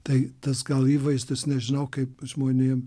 tai tas gal įvaizdis nežinau kaip žmonėm